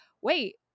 wait